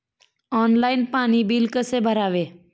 Online पाणी bill कसे भरावे?